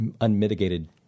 unmitigated